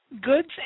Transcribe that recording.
goods